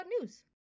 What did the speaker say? news